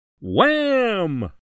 WHAM